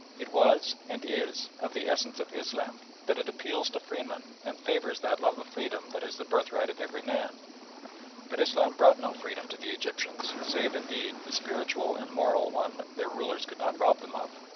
it was, and is, of the essence of islam that it appeals to freemen and favours that love of freedom that is the birthright of every man but islam brought no freedom to the egyptians, save, indeed, the spiritual and moral one their rulers could not rob them of.